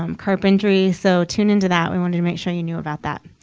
um carpentry. so tune into that. we wanted to make sure you knew about that.